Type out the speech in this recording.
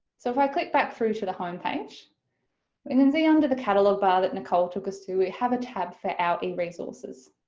so if i click back through to the homepage we can see under the catalogue bar that nicole took us to we have a tab for our eresources.